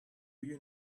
you